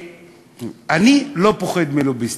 אני לא פוחד מלוביסטים,